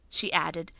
she added,